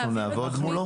אנחנו נעבוד מולו.